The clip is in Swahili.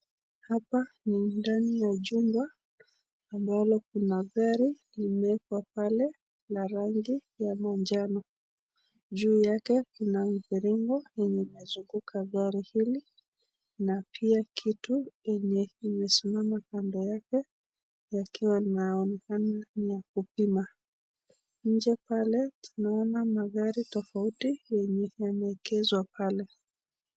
Hapa ni ndani ya jumba amablo kuna gari limeekwa pale na rangi ya manjano , juu yake kuna mviringo yenye inazunguka gari hili na pia kitu yenye imesimama kando yake yakiwa yanaonekana ni ya kupima , nje pale tunaona magari tofauti yenye yameekezwa pale.